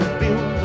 build